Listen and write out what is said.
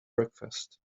breakfast